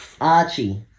Archie